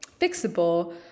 fixable